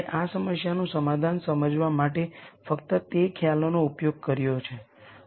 આપણે આ સમસ્યાનું સમાધાન સમજાવવા માટે ફક્ત તે ખ્યાલોનો ઉપયોગ કર્યો છે